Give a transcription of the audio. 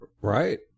Right